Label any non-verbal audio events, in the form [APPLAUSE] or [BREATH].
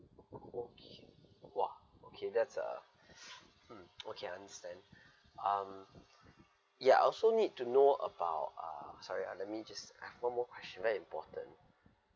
okay !wah! okay that's a [BREATH] hmm okay I understand [BREATH] um ya I also need to know about uh sorry ah let me just I've one more question very important